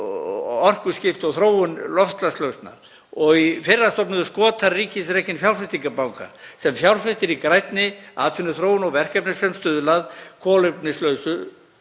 og orkuskipti og þróun loftslagslausna og í fyrra stofnuðu Skotar ríkisrekinn fjárfestingarbanka sem fjárfestir í grænni atvinnuþróun og verkefni sem stuðla að kolefnishlutlausu